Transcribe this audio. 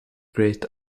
great